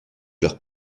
leur